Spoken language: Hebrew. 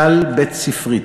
כלל בית-ספרית.